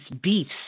beefs